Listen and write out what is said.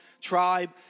tribe